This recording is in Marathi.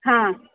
हां